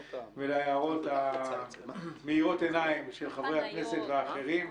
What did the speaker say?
ולהערות המאירות עיניים של חברי הכנסת ואחרים,